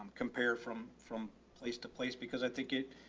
compare from, from place to place because i think it,